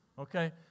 Okay